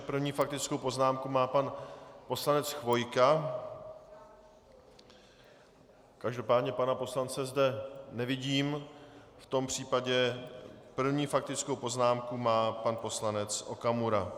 První faktickou poznámku má pan poslanec Chvojka, každopádně pana poslance zde nevidím, v tom případě první faktickou poznámku má pan poslanec Okamura.